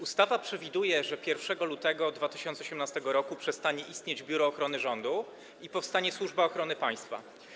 Ustawa przewiduje, że 1 lutego 2018 r. przestanie istnieć Biuro Ochrony Rządu i powstanie Służba Ochrony Państwa.